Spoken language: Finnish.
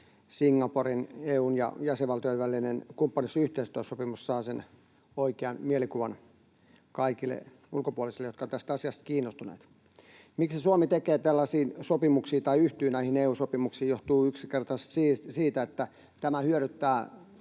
Singaporen sekä EU:n ja jäsenvaltioiden välinen kumppanuus- ja yhteistyösopimuksesta tulee oikea mielikuva kaikille ulkopuolisille, jotka ovat tästä asiasta kiinnostuneita. Se, miksi Suomi tekee tällaisia sopimuksia tai yhtyy näihin EU-sopimuksiin, johtuu yksinkertaisesti siitä, että tällaiset